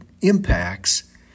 impacts